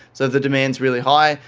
so, if the demand is really high,